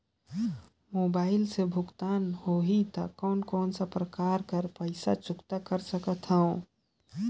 Mobile से भुगतान होहि त कोन कोन प्रकार कर पईसा चुकता कर सकथव?